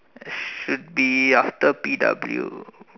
should be after P_W